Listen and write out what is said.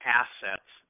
assets